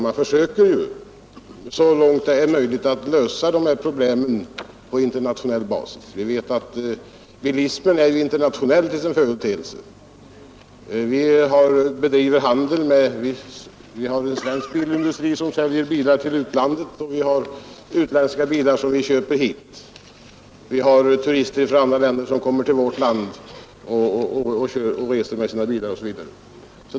Man försöker så långt det är möjligt att lösa dessa problem på internationell basis. Vi vet att bilismen är internationell till sin företeelse. Vi bedriver handel. Vi har en svensk bilindustri som säljer bilar till utlandet, och vi köper utländska bilar hit. Turister kommer från andra länder till vårt land med sina bilar osv.